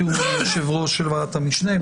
בתיאום עם היו"ר של ועדת המשנה,